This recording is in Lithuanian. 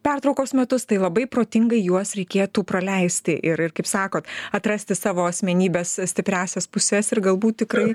pertraukos metus tai labai protingai juos reikėtų praleisti ir ir kaip sakot atrasti savo asmenybės stipriąsias puses ir galbūt tikrai